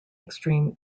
extreme